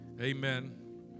Amen